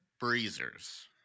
breezers